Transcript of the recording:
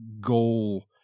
goal